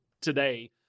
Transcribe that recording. today